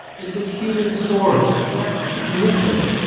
it's a human story. that's significant.